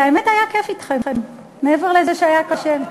והאמת, היה כיף אתכם, מעבר לזה שהיה קשה.